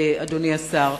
אדוני השר: